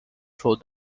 through